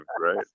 right